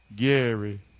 Gary